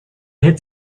hit